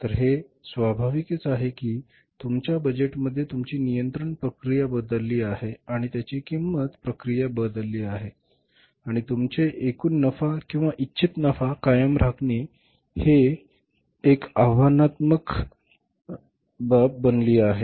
तर हे स्वाभाविकच आहे की तुमच्या बजेटमध्ये तुमची नियंत्रण प्रक्रिया बदलली आहे आणि त्यांची किंमत प्रक्रिया बदलली आहे आणि तुमचे एकूण नफा किंवा इच्छित नफा कायम राखणे ही एक आव्हानात्मक बाब बनली आहे